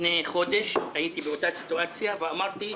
לפני חודש הייתי באותה סיטואציה בה אמרתי: